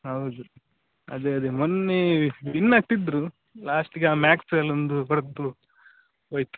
ಹೌದು ಅದೇ ಅದೇ ಮೊನ್ನೆ ವಿನ್ ಆಗ್ತಿದ್ದರು ಲಾಸ್ಟಿಗೆ ಆ ಮ್ಯಾಕ್ಸ್ವೆಲ್ ಒಂದು ಹೊಡೆದು ಹೋಯ್ತು